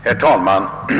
Herr talman!